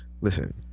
Listen